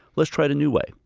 let's try it a new way.